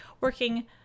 working